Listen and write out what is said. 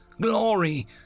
glory